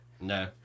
No